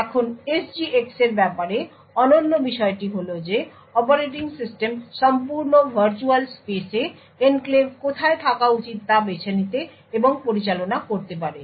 এখন SGX এর ব্যাপারে অনন্য বিষয়টি হল যে অপারেটিং সিস্টেম সম্পূর্ণ ভার্চুয়াল স্পেসে এনক্লেভ কোথায় থাকা উচিত তা বেছে নিতে এবং পরিচালনা করতে পারে